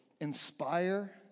inspire